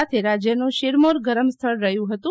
સાથે રાજ્યનું શિરમોર ગરમ સ્થળ રહ્યું હતું